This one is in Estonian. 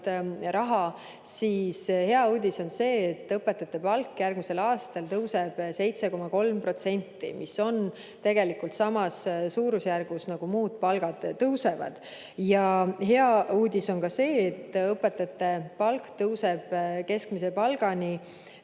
raha, siis hea uudis on see, et õpetajate palk järgmisel aastal tõuseb 7,3%, mis on tegelikult samas suurusjärgus, nagu muud palgad tõusevad. Ja hea uudis on ka see, et õpetajate keskmine palk